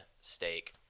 steak